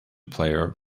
player